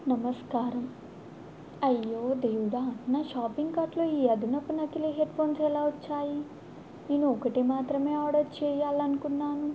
నమస్కారం అయ్యో దేవుడా నా షాపింగ్ కార్ట్లో ఈ అదున్నపు నకిలి హెడ్ఫోన్స్ ఎలా వచ్చాయి నేను ఒకటి మాత్రమే ఆర్డర్ చేయాలి అనుకున్నాను